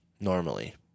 normally